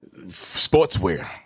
sportswear